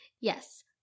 Yes